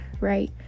right